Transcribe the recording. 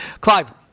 Clive